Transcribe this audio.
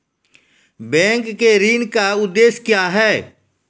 Bank के ऋण का उद्देश्य क्या हैं?